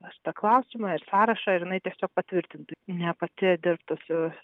šitą klausimą ir sąrašą jinai tiesiog patvirtintų ne pati dirbtų